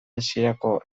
hasierako